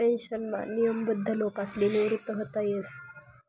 पेन्शनमा नियमबद्ध लोकसले निवृत व्हता येस